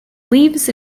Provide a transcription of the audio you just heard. leaves